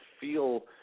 feel